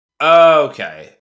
Okay